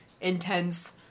intense